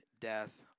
death